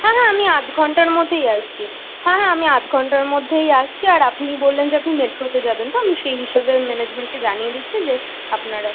হ্যাঁ হ্যাঁ আমি আধ ঘন্টার মধ্যেই আসছি হ্যাঁ হ্যাঁ আমি আধ ঘন্টার মধ্যেই আসছি আর আপনি বললেন যে আপনি মেট্রোতে যাবেন তো আমি সেই হিসেবে ম্যানেজমেন্টকে জানিয়ে দিচ্ছি যে আপনারা